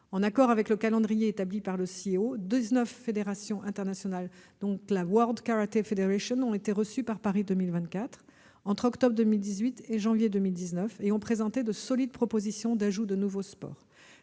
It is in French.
En accord avec le calendrier établi par le CIO, dix-neuf fédérations internationales, dont la ont été reçues par Paris 2024 entre octobre 2018 et janvier 2019 et ont présenté de solides propositions d'ajouts de nouveaux sports.